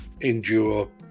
endure